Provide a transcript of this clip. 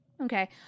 Okay